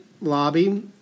lobby